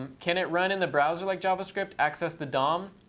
um can it run in the browser like javascript, access the dom,